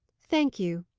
thank you,